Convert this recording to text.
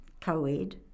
co-ed